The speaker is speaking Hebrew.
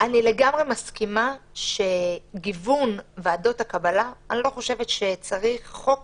אני לגמרי מסכימה לגבי גיוון ועדות הקבלה אני לא חושבת שצריך חוק